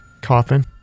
Coffin